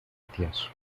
tieso